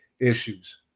issues